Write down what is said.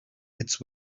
its